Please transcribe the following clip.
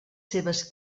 seves